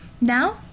Now